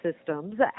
systems